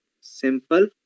simple